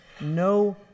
no